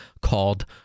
called